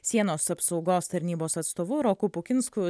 sienos apsaugos tarnybos atstovu roku pukinsku